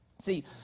See